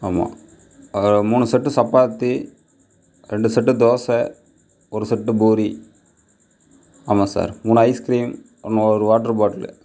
ஆமாம் அதாவது மூணு செட்டு சப்பாத்தி ரெண்டு செட்டு தோசை ஒரு செட்டு பூரி ஆமாம் சார் மூணு ஐஸ் க்ரீம் ஒன்று ஒரு வாட்டர் பாட்லு